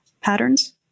patterns